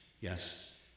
yes